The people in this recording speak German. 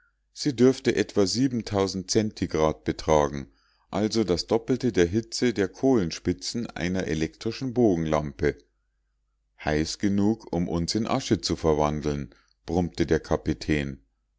sie dürfte etwa centigrad betragen also das doppelte der hitze der kohlenspitzen einer elektrischen bogenlampe heiß genug um uns in asche zu verwandeln brummte der kapitän